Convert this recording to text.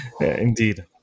indeed